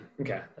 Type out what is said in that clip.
okay